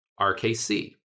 RKC